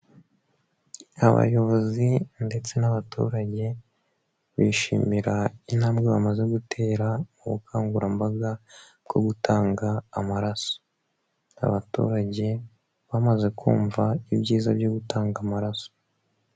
Abayobozi ndetse n'abaturage, bishimira intambwe bamaze gutera ubukangurambaga bwo gutanga amaraso, abaturage bamaze kumva ibyiza byo gutanga amaraso.